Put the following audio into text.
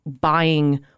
buying